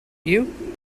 you